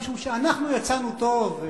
משום שאנחנו יצאנו טוב.